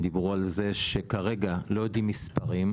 דיברו על זה שכרגע לא יודעים מספרים,